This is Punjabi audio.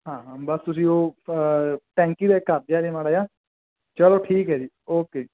ਹਾਂ ਹਾਂ ਬਸ ਤੁਸੀਂ ਉਹ ਟੈਂਕੀ ਦਾ ਕਸ ਦਿਆ ਜੇ ਮਾੜਾ ਜਿਹਾ ਚਲੋ ਠੀਕ ਹੈ ਜੀ ਓਕੇ